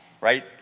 right